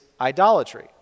idolatry